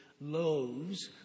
loaves